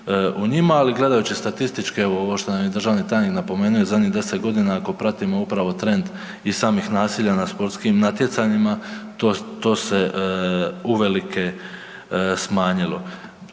u njima ali gledajući statističke, evo ovo što nam je državni tajnik napomenu je zadnjih 10 g. ako pratimo upravo trend i samih nasilja na sportskim natjecanjima, to se uvelike smanjilo.